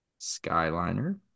Skyliner